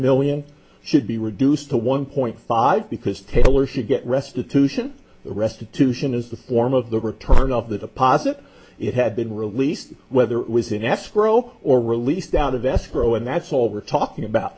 million should be reduced to one point five because taylor should get restitution restitution is the form of the return of the deposit it had been released whether it was in escrow or released out of escrow and that's all we're talking about